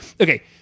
Okay